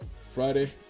Friday